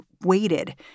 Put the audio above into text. waited